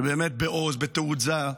שבאמת בעוז, בתעוזה,